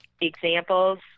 examples